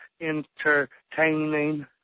entertaining